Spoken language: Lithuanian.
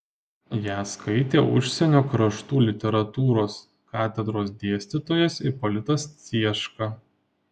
ją skaitė užsienio kraštų literatūros katedros dėstytojas ipolitas cieška